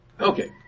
Okay